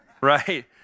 right